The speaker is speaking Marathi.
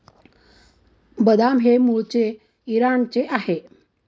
बदाम हे मूळचे इराणचे आहे